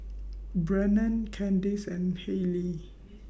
Brennon Kandice and Hayleigh